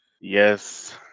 Yes